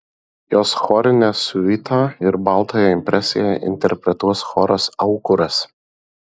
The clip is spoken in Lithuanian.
jos chorinę siuitą ir baltąją impresiją interpretuos choras aukuras